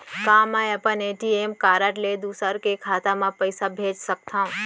का मैं अपन ए.टी.एम कारड ले दूसर के खाता म पइसा भेज सकथव?